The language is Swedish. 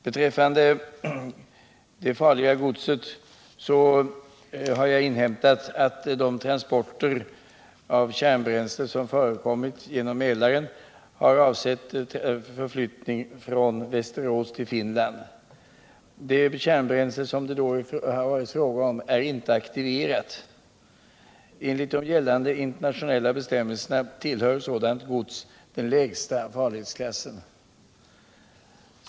Beträffande det farliga godset har jag inhämtat att de transporter av kärnbränsle som förekommit genom Mälaren har avsett förflyttning från Västerås till Finland, men det kärnbränsle som det då har varit fråga om är inte aktiverat. Enligt gällande internationella bestämmelser tillhör sådant gods den lägsta farlighetsklassen.